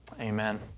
Amen